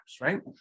right